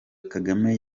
kagame